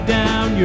down